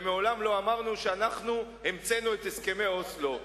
ומעולם לא אמרנו שהמצאנו את הסכמי אוסלו.